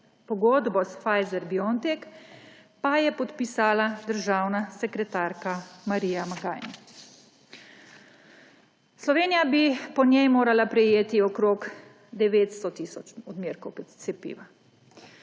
Pogodbo s Pfizer-BioNTech pa je podpisala državna sekretarka Marija Magajne. Slovenija bi po njej morala prejeti okrog 900 tisoč odmerkov cepiv.